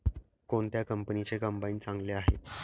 कोणत्या कंपनीचे कंबाईन चांगले आहे?